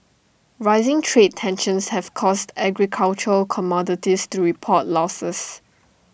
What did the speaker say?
rising trade tensions have caused agricultural commodities to report losses